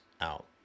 out